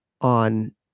on